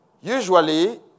usually